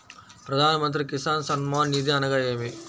ప్రధాన మంత్రి కిసాన్ సన్మాన్ నిధి అనగా ఏమి?